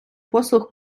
послуг